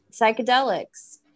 psychedelics